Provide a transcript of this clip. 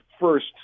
first